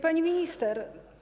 Pani Minister!